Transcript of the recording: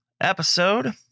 episode